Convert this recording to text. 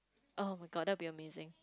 oh-my-god that will be amazing